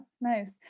nice